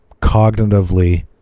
cognitively